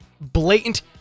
blatant